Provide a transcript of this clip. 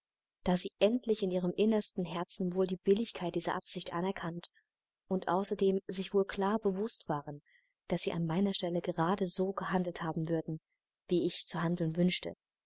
da sie endlich in ihrem innersten herzen wohl die billigkeit dieser absicht anerkannt und außerdem sich wohl klar bewußt waren daß sie an meiner stelle gerade so gehandelt haben würden wie ich zu handeln wünschte